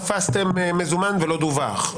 תפסתם מזומן ולא דווח,